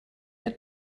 der